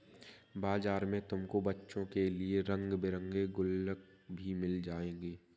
बाजार में तुमको बच्चों के लिए रंग बिरंगे गुल्लक भी मिल जाएंगे